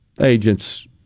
agents